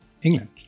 England